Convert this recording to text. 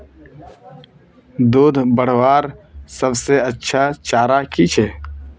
दूध बढ़वार सबसे अच्छा चारा की छे?